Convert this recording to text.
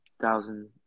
thousand